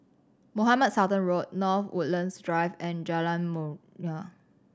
Mohamed Sultan Road North Woodlands Drive and Jalan Mulia